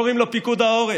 קוראים לו פיקוד העורף,